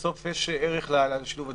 יש ערך לשילוב הדברים.